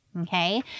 Okay